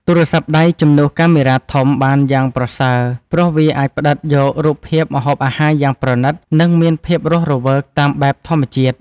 ទូរស័ព្ទដៃជំនួសកាមេរ៉ាធំបានយ៉ាងប្រសើរ ព្រោះវាអាចផ្ដិតយករូបភាពម្ហូបអាហារយ៉ាងប្រណីត និង មានភាពរស់រវើកតាមបែបធម្មជាតិ។